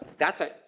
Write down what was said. that's a,